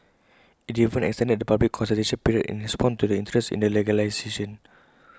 IT even extended the public consultation period in response to the interest in the legislation